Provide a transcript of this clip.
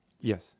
Yes